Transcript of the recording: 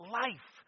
life